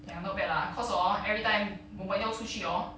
ya not bad lah cause orh every time 我们要出去 orh